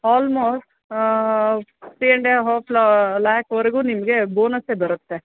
almost three and a half ಲ ಲ್ಯಾಕ್ವರೆಗೂ ನಿಮಗೆ ಬೋನಸ್ಸೇ ಬರುತ್ತೆ